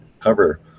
cover